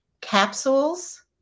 capsules